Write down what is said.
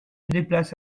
déplace